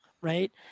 right